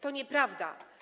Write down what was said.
To nieprawda.